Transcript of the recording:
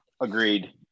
Agreed